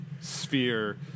sphere